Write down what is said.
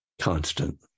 constant